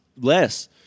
less